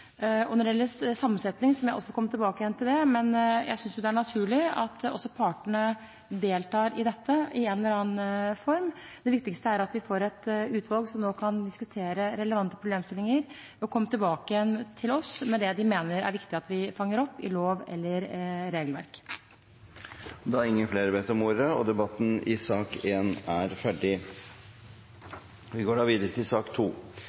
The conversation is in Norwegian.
naturlig at også partene deltar i dette i en eller annen form. Det viktigste er at vi får et utvalg som nå kan diskutere relevante problemstillinger, og komme tilbake til oss med det de mener er viktig at vi fanger opp i lov eller regelverk. Flere har ikke bedt om ordet til sak nr. 1. Etter ønske fra arbeids- og sosialkomiteen vil presidenten foreslå at taletiden blir begrenset til 5 minutter til hver partigruppe og 5 minutter til medlemmer av regjeringen. Videre vil presidenten foreslå at det blir gitt anledning til